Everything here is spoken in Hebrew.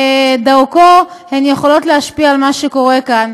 שדרכו הן יכולות להשפיע על מה שקורה כאן.